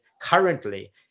currently